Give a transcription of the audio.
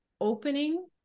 opening